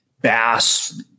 bass